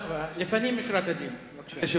לפנים משורת הדין, בבקשה.